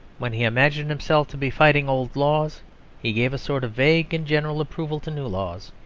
when he imagined himself to be fighting old laws he gave a sort of vague and general approval to new laws.